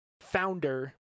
founder